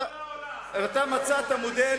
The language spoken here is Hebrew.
איפה שיש אסלאם קיצוני,